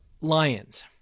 lions